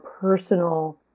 personal